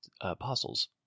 apostles